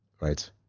Right